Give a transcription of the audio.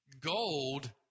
gold